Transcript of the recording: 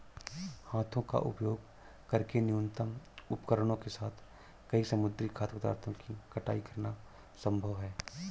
हाथों का उपयोग करके न्यूनतम उपकरणों के साथ कई समुद्री खाद्य पदार्थों की कटाई करना संभव है